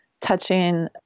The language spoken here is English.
touching